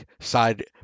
side